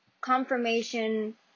confirmation